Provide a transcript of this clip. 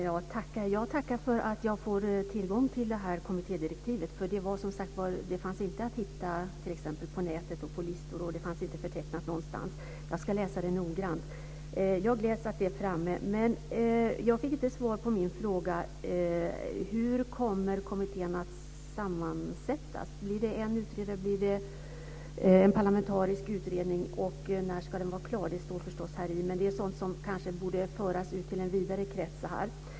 Fru talman! Jag tackar för att jag får tillgång till kommittédirektivet. Det fanns t.ex. inte att hitta på nätet och på listor, och det fanns inte förtecknat någonstans. Jag ska läsa det noggrant. Jag gläds åt att det har tagits fram. Jag fick inte svar på min fråga. Hur kommer kommittén att sammansättas? Blir det en utredare? Blir det en parlamentarisk utredning? När ska den vara klar? Det står förstås i direktivet. Men det är kanske sådant som borde föras ut till en vidare krets.